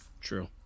True